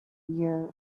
year